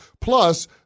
Plus